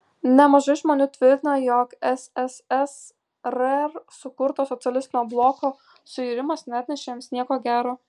nemažai žmonių tvirtina jog sssr sukurto socialistinio bloko suirimas neatnešė jiems nieko gero